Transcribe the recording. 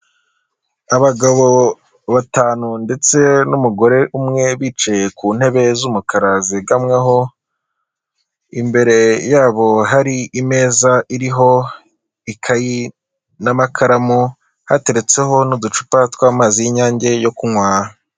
Abagabo batanu ndetse n'umugore umwe bicaye ku ntebe z'umukara zegamwaho, imbere yabo hari imeza iriho ikayi n'amakaramu, hateretseho n'uducupa tw'amazi y'inyange yo kunywa.